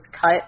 cut